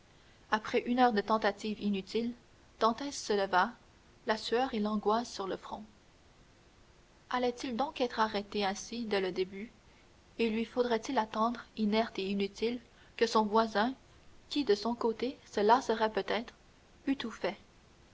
après une heure de tentatives inutiles dantès se releva la sueur et l'angoisse sur le front allait-il donc être arrêté ainsi dès le début et lui faudrait-il attendre inerte et inutile que son voisin qui de son côté se lasserait peut-être eût tout fait